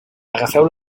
agafeu